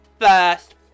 first